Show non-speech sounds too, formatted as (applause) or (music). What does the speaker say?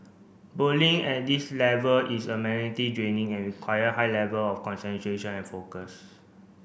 bowling at this level is a (unintelligible) draining and require high level of concentration and focus